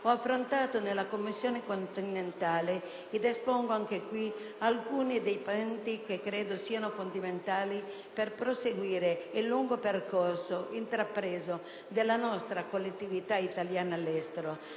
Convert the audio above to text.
ho affrontato nella Commissione continentale ed espongo anche qui alcuni punti che credo siano fondamentali per proseguire il lungo percorso intrapreso dalla nostra collettività all'estero,